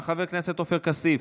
חבר הכנסת עופר כסיף,